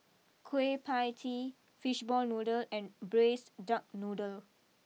Kueh Pie Tee Fishball Noodle and Braised Duck Noodle